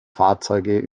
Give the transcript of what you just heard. fahrzeuge